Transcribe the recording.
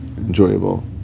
Enjoyable